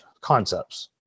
concepts